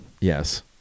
Yes